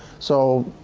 so